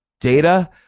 data